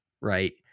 right